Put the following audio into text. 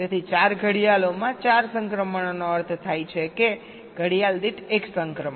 તેથી 4 ઘડિયાળોમાં 4 સંક્રમણોનો અર્થ થાય છે કે ઘડિયાળ દીઠ એક સંક્રમણ